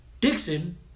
Dixon